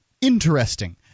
interesting